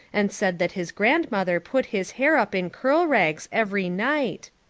and said that his grandmother put his hair up in curl rags every night.